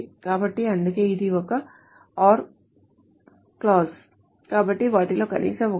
కాబట్టి అందుకే ఇది ఒక or క్లాజు కాబట్టి వాటిలో కనీసం ఒకటి